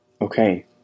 Okay